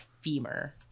femur